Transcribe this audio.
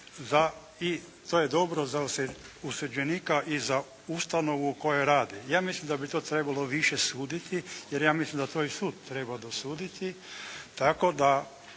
to je dobro za osuđenika i za ustanovu u kojoj radi. Ja mislim da bi to trebalo više suditi jer ja mislim da to i sud treba dosuditi,